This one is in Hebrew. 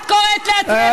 את קוראת לעצמך ציונית?